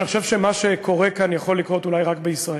אני חושב שמה שקורה כאן יכול לקרות אולי רק בישראל.